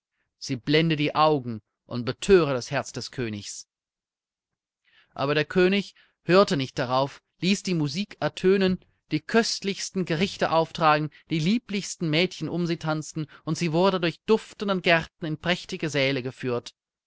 sie blende die augen und bethöre das herz des königs aber der könig hörte nicht darauf ließ die musik ertönen die köstlichsten gerichte auftragen die lieblichsten mädchen um sie tanzen und sie wurde durch duftende gärten in prächtige säle geführt